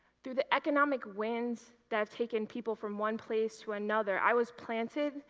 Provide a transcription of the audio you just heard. through the economic winds that have taken people from one place to another, i was planted,